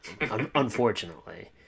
Unfortunately